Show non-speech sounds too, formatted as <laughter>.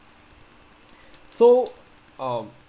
<breath> so um